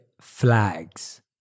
flags